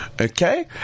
Okay